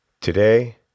Today